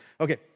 Okay